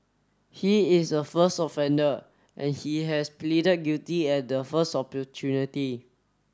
he is a first offender and he has pleaded guilty at the first opportunity